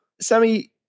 Sammy